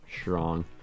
strong